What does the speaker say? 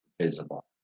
visible